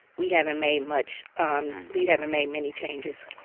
we haven't made much um we haven't made many changes